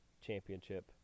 championship